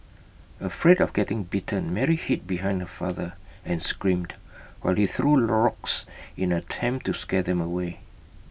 afraid of getting bitten Mary hid behind her father and screamed while he threw rocks in an attempt to scare them away